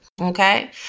okay